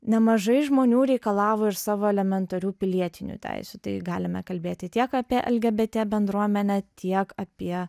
nemažai žmonių reikalavo ir savo elementarių pilietinių teisių tai galime kalbėti tiek apie lgbt bendruomenę tiek apie